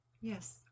yes